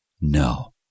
no